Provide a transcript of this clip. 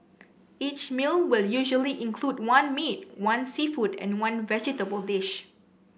each meal will usually include one meat one seafood and one vegetable dish